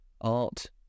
art